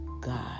God